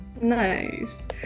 Nice